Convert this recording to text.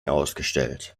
ausgestellt